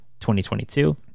2022